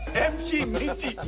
mc minzy